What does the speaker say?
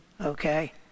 Okay